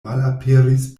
malaperis